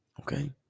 okay